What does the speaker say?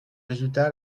résultats